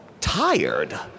tired